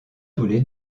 tous